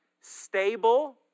stable